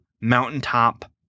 mountaintop